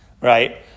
right